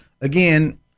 again